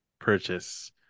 purchase